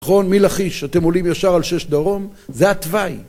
נכון, מלכיש? אתם עולים ישר על שש דרום? זה התוואי!